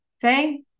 Faye